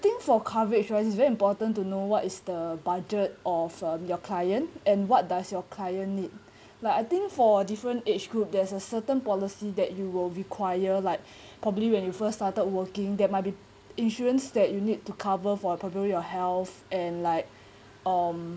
think for coverage oh is very important to know what is the budget of um your client and what does your client need like I think for different age group there's a certain policy that you will require like probably when you first started working there might be insurance that you need to cover for probably your health and like um